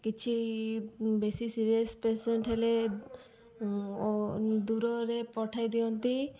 କିଛି ବେଶୀ serious patient ହେଲେ ଦୂରରେ ପଠାଇ ଦିଅନ୍ତି